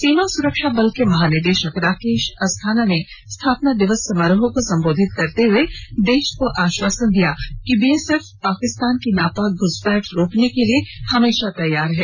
सीमा सुरक्षा बल के महानिदेशक राकेश अस्था ना ने स्थापना दिवस समारोह को संबोधित करते हए देश को आश्वासन दिया कि बीएसएफ पाकिस्तान की नापाक घ्सपैठ रोकने के लिए हमेशा तैयार है